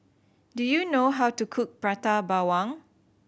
do you know how to cook Prata Bawang